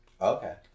Okay